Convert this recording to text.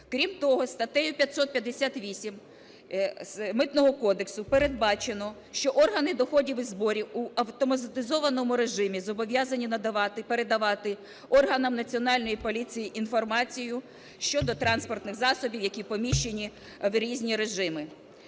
Крім того, статтею 558 Митного кодексу передбачено, що органи доходів і зборів у автоматизованому режимі зобов'язані надавати, передавати органам Національної поліції інформацію щодо транспортних засобів, які поміщені в різні режими.